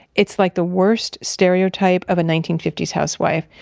it's like the worst stereotype of a nineteen fifty s housewife.